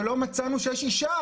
ולא מצאנו שיש אשה